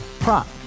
Prop